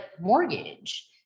mortgage